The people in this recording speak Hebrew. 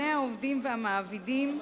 היושב-ראש,